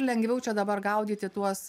lengviau čia dabar gaudyti tuos